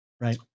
right